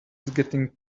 getting